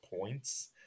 points